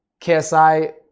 KSI